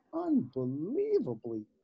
unbelievably